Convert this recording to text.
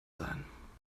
sein